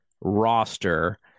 roster